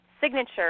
signature